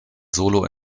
solo